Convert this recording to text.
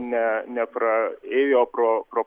ne nepra ėjo pro pro